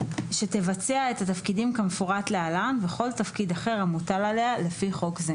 שתבצע את התפקידים כמפורט להלן וכל תפקיד אחר המוטל עליה לפי חוק זה: